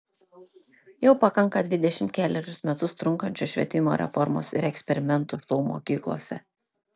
jau pakanka dvidešimt kelerius metus trunkančios švietimo reformos ir eksperimentų šou mokyklose